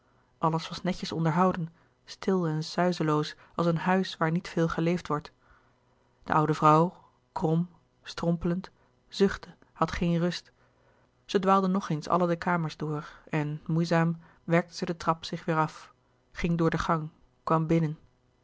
alles was netjes onderhouden stil en suizeloos als een huis waar niet veel geleefd wordt de oude vrouw krom strompelend zuchtte had geen rust zij dwaalde nog eens alle de kamers door en moeizaam werkte zij de trap zich weêr af ging door de gang kwam binnen